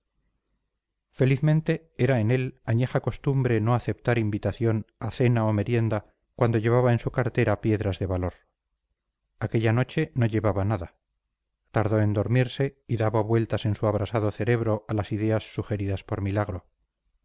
felizmente era en él añeja costumbre no aceptar invitación o cena o merienda cuando llevaba en su cartera piedras de valor aquella noche no llevaba nada tardó en dormirse y daba vueltas en su abrasado cerebro a las ideas sugeridas por milagro